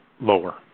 lower